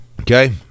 Okay